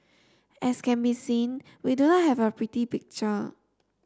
as can be seen we do not have a pretty picture